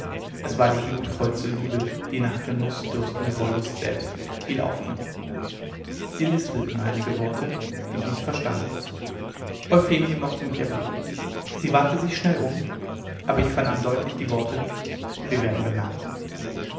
es war die glutvollste liebe die nach genuß dürstende wollust selbst fiel auf ihn sie lispelten einige worte die ich nicht verstand euphemie mochte mich erblicken sie wandte sich schnell um aber ich vernahm deutlich die worte wir werden bemerkt